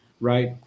Right